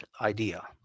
idea